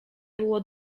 było